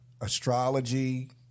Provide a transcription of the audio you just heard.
astrology